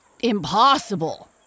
Impossible